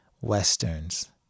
westerns